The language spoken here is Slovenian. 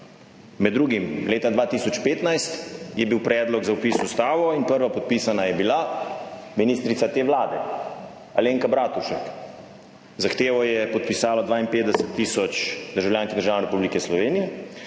med drugim. Leta 2015 je bil predlog za vpis v Ustavo in prvopodpisana je bila ministrica te Vlade Alenka Bratušek. Zahtevo je podpisalo 52 tisoč državljank in državljanov Republike Slovenije